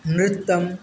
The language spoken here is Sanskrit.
नृत्तं